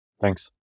thanks